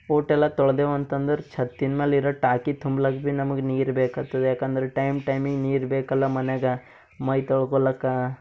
ಊಟೆಲ್ಲ ತೊಳ್ದೆವಂತಂದ್ರೆ ಛತ್ತಿನ ಮ್ಯಾಲಿರೋ ಟಾಕಿ ತುಂಬ್ಲಕ್ಕ ಭಿ ನಮ್ಗೆ ನೀರು ಬೇಕ್ಹತ್ತದ ಯಾಕಂದ್ರೆ ಟೈಮ್ ಟೈಮಿಗೆ ನೀರು ಬೇಕಲ್ಲ ಮನೆಗೆ ಮೈ ತೊಳ್ಕೊಳಕ